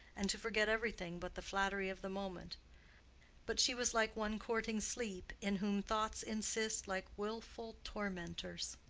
and to forget everything but the flattery of the moment but she was like one courting sleep, in whom thoughts insist like willful tormentors.